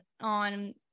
on